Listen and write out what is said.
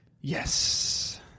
Yes